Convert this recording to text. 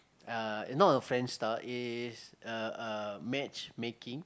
uh not a friendster is a a matchmaking